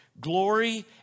glory